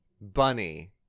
Bunny